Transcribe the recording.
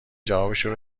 جوابشو